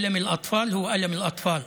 כאב הילדים הוא כאב הילדים.)